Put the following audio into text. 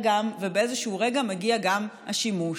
ובאיזשהו רגע מגיע גם השימוש.